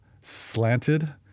slanted